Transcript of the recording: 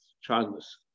childless